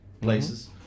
places